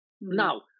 Now